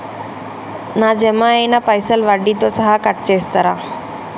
నా జమ అయినా పైసల్ వడ్డీతో సహా కట్ చేస్తరా?